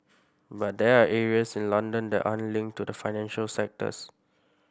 but there are areas in London that aren't linked to the financial sectors